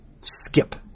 skip